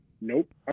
Nope